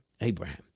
Abraham